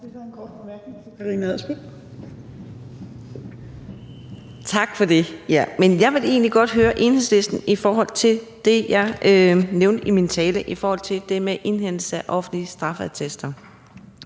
Tak for det. Jeg vil egentlig godt høre Enhedslisten om det, jeg nævnte i min tale, nemlig indhentelse af offentlige straffeattester.